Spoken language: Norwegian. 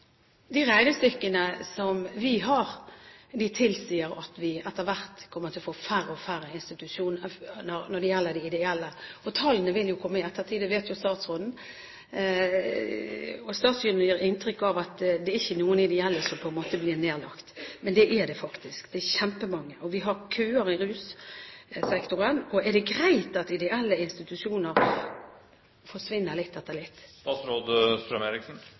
færre ideelle institusjoner. Tallene vil jo komme i ettertid – det vet jo statsråden. Statsråden gir inntrykk av at det er ikke noen ideelle som kommer til å bli nedlagt. Men det er det faktisk, det er kjempemange. Vi har køer i russektoren. Er det greit at ideelle institusjoner forsvinner litt etter litt?